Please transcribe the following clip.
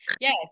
Yes